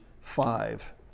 five